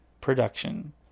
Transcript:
production